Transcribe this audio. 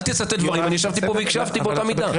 אל תצטט דברים ישבתי פה והקשבתי באותה מידה.